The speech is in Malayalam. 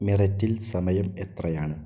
മിററ്റിൽ സമയം എത്രയാണ്